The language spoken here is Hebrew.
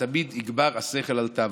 שתמיד יגבר השכל על תאוותו.